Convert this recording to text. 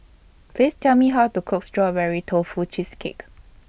Please Tell Me How to Cook Strawberry Tofu Cheesecake